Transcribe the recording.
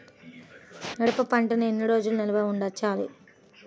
మిరప పంటను ఎన్ని రోజులు నిల్వ ఉంచాలి?